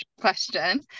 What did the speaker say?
question